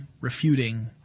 refuting